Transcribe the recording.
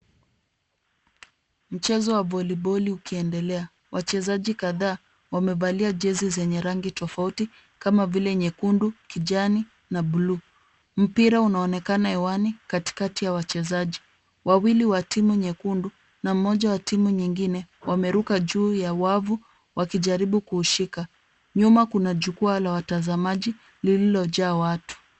Mchezo wa voliboli ukiendelea. Wachezaji kadhaa wamevalia jezi zenye rangi tofauti kama vile nyekundu, kijani na buluu. Mpira unaonekana hewani katikati ya wachezaji, wawili wa timu nyekundu na mmoja wa timu nyingine wameruka juu ya wavu wakijaribu kuushika. Nyuma kuna jukwaa la watazamaji lililojaa watu.